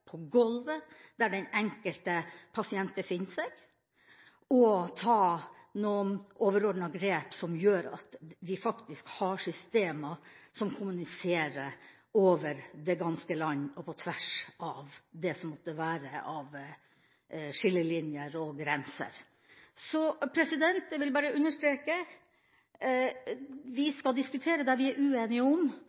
på golvet, der den enkelte pasient befinner seg, og ta noen overordnede grep som gjør at de faktisk har systemer som kommuniserer over det ganske land og på tvers av det som måtte være av skillelinjer og grenser. Jeg vil bare understreke: Vi skal diskutere det vi er uenig om,